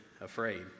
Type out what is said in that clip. afraid